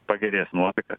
pagerės nuotaika